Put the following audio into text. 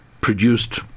produced